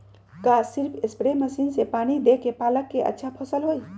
का सिर्फ spray machine से पानी देके पालक के अच्छा फसल होई?